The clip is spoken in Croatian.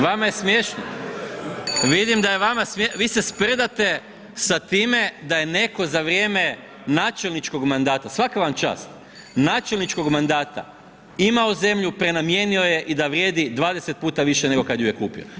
Molim, vama je smješno, vidim da je vama smiješno, vi se sprdate sa time da je netko za vrijeme načelničkog mandata, svaka vam čast, načelničkog mandata imao zemlju, prenamijenio je i da vrijedi 20 puta više nego kad ju je kupio.